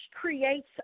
creates